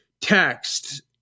text